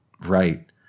right